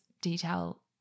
detail